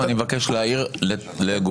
אני מבקש להעיר לגופם.